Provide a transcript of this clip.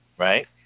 Right